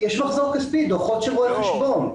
יש מחזור כספי, דוחות של רואה חשבון.